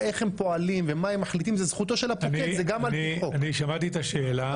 אני שמעתי את השאלה.